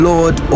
Lord